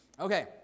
Okay